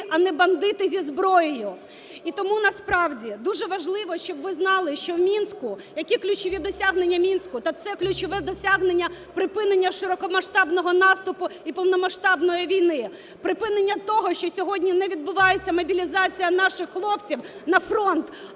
а не бандити зі зброєю. І тому насправді дуже важливо, щоб ви знали, що в Мінську, які ключові досягнення Мінську? Та це ключове досягнення – припинення широкомасштабного наступу і повномасштабної війни. Припинення того, що сьогодні не відбувається мобілізація наших хлопців на фронт,